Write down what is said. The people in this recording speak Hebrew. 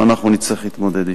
ואנחנו נצטרך להתמודד אתה.